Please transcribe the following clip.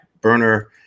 burner